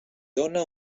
dóna